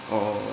or